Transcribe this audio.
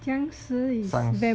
僵尸 is vampire